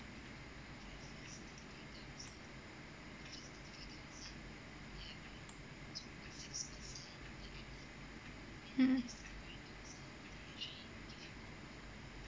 mm